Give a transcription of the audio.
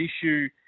issue